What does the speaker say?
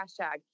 hashtag